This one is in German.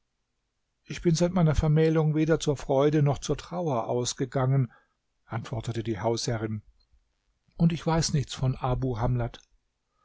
ich bin seit meiner vermählung weder zur freude noch zur trauer ausgegangen antwortete die hausherrin und weiß nichts von abu hamlat